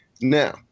Now